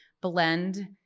blend